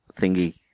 thingy